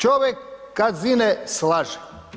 Čovjek kad zine, slaže.